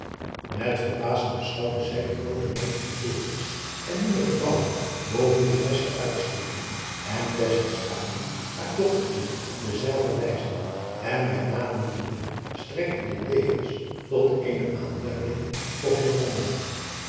buisman verbazing beschouwde zij de groote menigte torens en nieuwe gebouwen boven de vesten uitstekende en tesselschade haar dochtertje dezelve wijzende en bij name noemende strekte dit tevens tot eene aanduiding voor